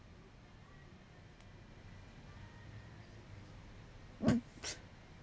!oops!